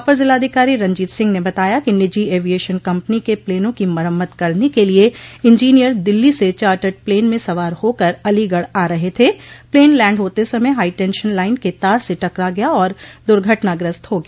अपर जिलाधिकारी रंजीत सिंह ने बताया कि निजी एविएशन कम्पनी के प्लेनों की मरम्मत करने के लिये इंजीनियर दिल्ली से चार्टड प्लेन में सवार होकर अलीगढ़ आ रह थे प्लेन लैंड होते समय हाई टेंशन लाइन के तार से टकरा गया और दुर्घटनाग्रस्त हो गया